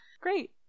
Great